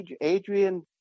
Adrian